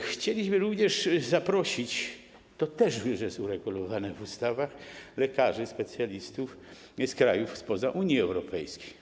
Chcieliśmy również zaprosić - to też już jest uregulowane w ustawach - lekarzy specjalistów z krajów spoza Unii Europejskich.